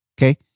okay